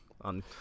on